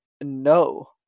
no